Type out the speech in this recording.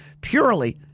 purely